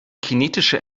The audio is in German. kinetische